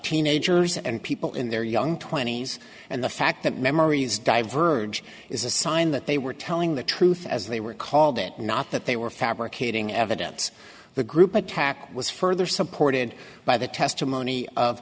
teenagers and people in their young twenty's and the fact that memories diverged is a sign that they were telling the truth as they were called it not that they were fabricating evidence the group attack was further supported by the testimony of